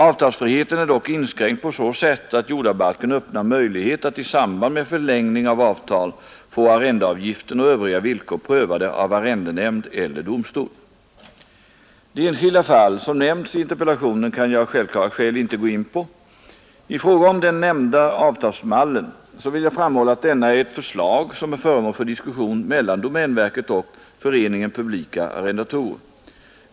Avtalsfriheten är dock inskränkt på så sätt att jordabalken öppnar möjlighet att i samband med förlängning av avtal få arrendeavgiften och övriga villkor prövade av arrendenämnd eller domstol. De enskilda fall som nämnts i interpellationen kan jag av självklara skäl inte gå in på. I fråga om den nämnda avtalsmallen vill jag framhålla att denna är ett förslag som är föremål för diskussion mellan domänverket och Föreningen Publika arrendatorer.